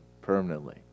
permanently